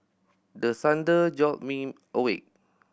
the thunder jolt me awake